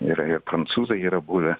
ir ir prancūzai yra buvę